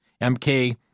MK